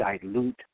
dilute